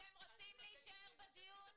אתם רוצים להישאר בדיון?